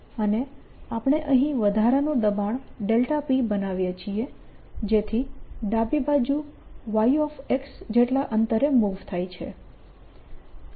અને આપણે અહીં વધારાનું દબાણ p બનાવીએ છીએ જેથી ડાબી બાજુ y જેટલા અંતરે મૂવ થાય છે